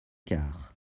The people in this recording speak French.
quart